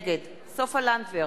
נגד סופה לנדבר,